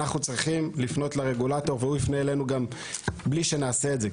אנחנו צריכים לפנות לרגולטור והוא יפנה אלינו גם בלי שנעשה את זה,